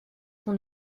son